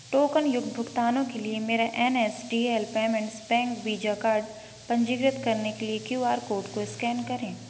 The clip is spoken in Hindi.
टोकनयुक्त भुगतानों के लिए मेरा N S D L payments bank Visa card पंजीकृत करने के लिए क्यू आर कोड को स्कैन करें